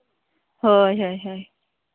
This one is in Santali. ᱦᱳᱭ ᱦᱳᱭ ᱦᱳᱭ